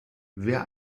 wer